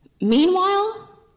Meanwhile